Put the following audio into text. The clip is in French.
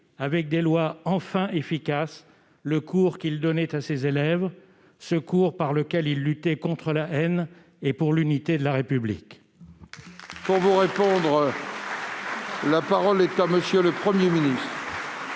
avec des lois enfin efficaces le cours qu'il donnait à ses élèves, ce cours par lequel il luttait contre la haine et pour l'unité de la République. La parole est à M. le Premier ministre.